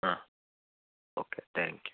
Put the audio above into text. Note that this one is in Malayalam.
ആ ഓക്കേ താങ്ക് യൂ